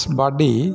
body